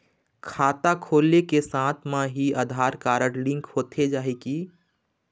खाता खोले के साथ म ही आधार कारड लिंक होथे जाही की?